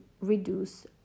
reduce